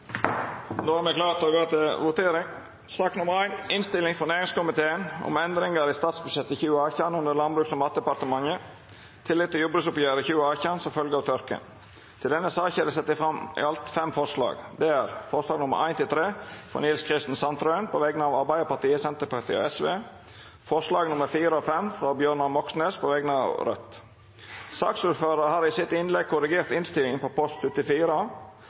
Då er Stortinget klar til å gå til votering. Under debatten er det sett fram i alt fem forslag. Det er forslaga nr. 1–3, frå Nils Kristen Sandtrøen på vegner av Arbeidarpartiet, Senterpartiet og Sosialistisk Venstreparti forslaga nr. 4 og 5, frå Bjørnar Moxnes på vegner av Raudt Saksordføraren har i innlegget sitt korrigert innstillinga på post 74.